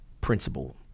principle